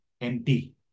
empty